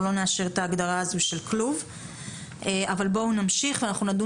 נאשר את ההגדרה הזו של כלוב אבל בואו נמשיך ונדון